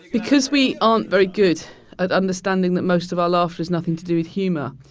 because we aren't very good at understanding that most of our laughter has nothing to do with humor,